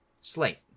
Slate